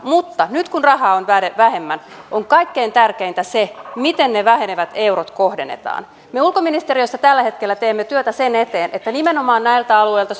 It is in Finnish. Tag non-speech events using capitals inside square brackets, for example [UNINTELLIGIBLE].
mutta nyt kun rahaa on vähemmän on kaikkein tärkeintä se miten ne ne vähenevät eurot kohdennetaan me ulkoministeriössä tällä hetkellä teemme työtä sen eteen että nimenomaan näiltä alueilta [UNINTELLIGIBLE]